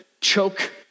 choke